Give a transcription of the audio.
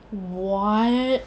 what